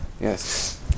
Yes